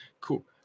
Cool